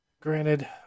Granted